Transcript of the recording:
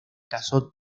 casó